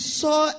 saw